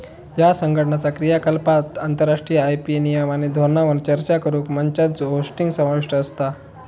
ह्या संघटनाचा क्रियाकलापांत आंतरराष्ट्रीय आय.पी नियम आणि धोरणांवर चर्चा करुक मंचांचो होस्टिंग समाविष्ट असता